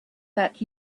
that